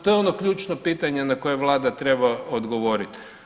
To je ono ključno pitanje na koje vlada treba odgovoriti.